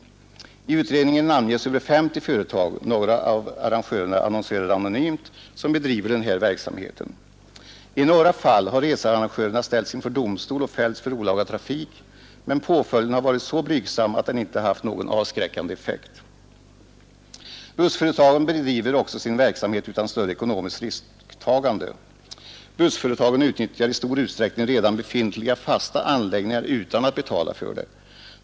I utredningen namnges över 50 företag — några av arrangörerna annonserar anonymt — som bedriver den här verksamheten. I några fall har researrangörerna ställts inför domstol och fällts för olaga trafik, men påföljden har varit så blygsam att den inte har haft någon avskräckande effekt. Bussföretagen bedriver också sin verksamhet utan större ekonomiskt risktagande. Bussföretagen utnyttjar i stor utsträckning redan befintliga fasta anläggningar utan att betala för det.